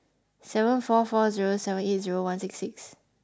seven four four zero seven eight zero one six six